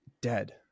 dead